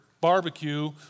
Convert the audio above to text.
Barbecue